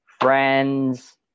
friends